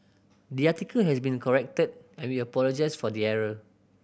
the article has been corrected and we apologise for the error